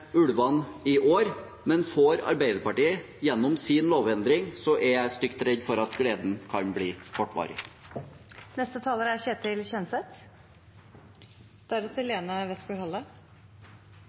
ulvene i år, men får Arbeiderpartiet gjennom sin lovendring, er jeg stygt redd for at gleden kan bli kortvarig.